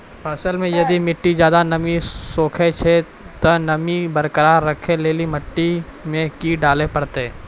फसल मे यदि मिट्टी ज्यादा नमी सोखे छै ते नमी बरकरार रखे लेली मिट्टी मे की डाले परतै?